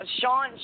Sean